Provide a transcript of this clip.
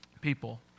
people